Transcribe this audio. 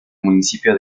municipio